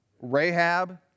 Rahab